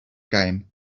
game